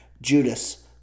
Judas